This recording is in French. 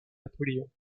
napoléon